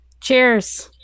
Cheers